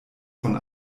von